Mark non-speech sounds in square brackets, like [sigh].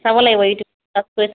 চাব লাগিব [unintelligible] আছে